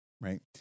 Right